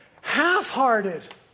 half-hearted